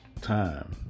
time